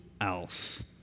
else